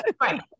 Right